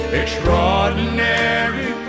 extraordinary